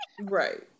right